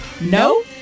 No